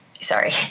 sorry